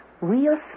Real